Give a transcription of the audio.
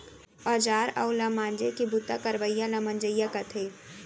औजार उव ल मांजे के बूता करवइया ल मंजइया कथें